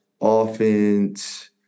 offense